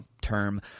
term